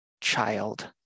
child